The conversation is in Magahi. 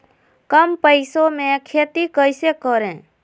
कम पैसों में खेती कैसे करें?